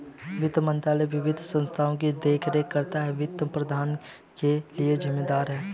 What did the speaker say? वित्त मंत्रालय वित्तीय संस्थानों की देखरेख करता है और वित्तीय प्रबंधन के लिए जिम्मेदार है